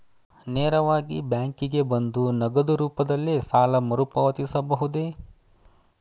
ನೇರವಾಗಿ ಬ್ಯಾಂಕಿಗೆ ಬಂದು ನಗದು ರೂಪದಲ್ಲೇ ಸಾಲ ಮರುಪಾವತಿಸಬಹುದೇ?